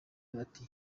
bati